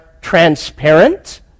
transparent